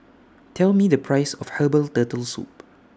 Tell Me The Price of Herbal Turtle Soup